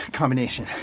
combination